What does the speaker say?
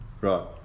Right